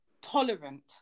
tolerant